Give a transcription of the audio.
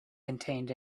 contained